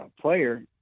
player